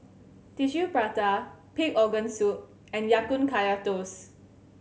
Tissue Prata pig organ soup and Ya Kun Kaya Toast